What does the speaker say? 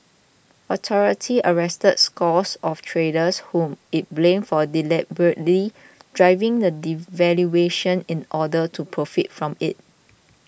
authorities arrested scores of traders whom it blamed for deliberately driving the devaluation in order to profit from it